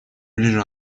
ближе